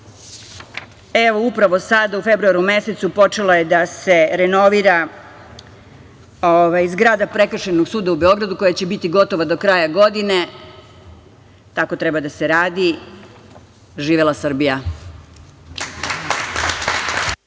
Upravo sada u februaru mesecu počela je da se renovira zgrada Prekršajnog suda u Beogradu koja će biti gotova do kraja godine. Tako treba da se radi. Živela Srbija!